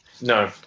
no